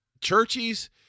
churches